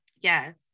Yes